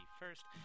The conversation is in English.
first